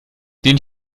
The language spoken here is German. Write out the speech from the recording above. den